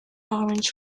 orange